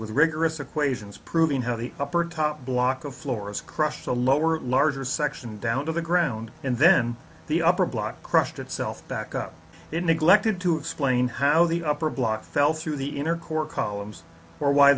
with rigorous equations proving how the upper top block of floors crushed a lower larger section down to the ground and then the upper block crushed itself back up in neglected to explain how the upper block fell through the inner core columns or why